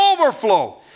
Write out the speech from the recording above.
Overflow